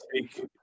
take